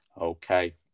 Okay